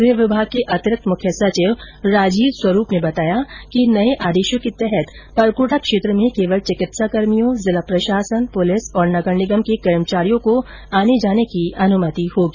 गृह विभाग के अतिरिक्त मुख्य सचिव राजीव स्वरूप ने बताया कि नये आदेशों के तहत परकोटा क्षेत्र में केवल चिकित्साकर्मियों जिला प्रशासन पुलिस और नगर निगम के कर्मचारियों को आने जाने की अनुमति होगी